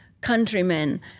countrymen